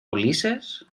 ulises